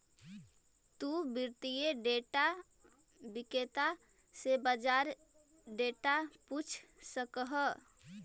तु वित्तीय डेटा विक्रेता से बाजार डेटा पूछ सकऽ हऽ